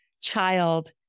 child